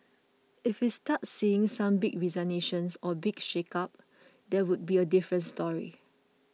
if we start seeing some big resignations or big shake up that would be a different story